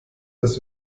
das